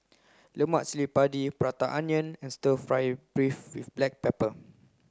lemak cili padi prata onion and stir fry beef with black pepper